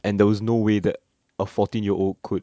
and there was no way that a fourteen year old could